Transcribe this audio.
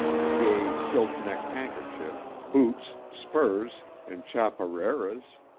gay silk neck-handkerchief, boots, spurs, and chaparreras.